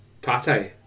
pate